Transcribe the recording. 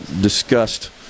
discussed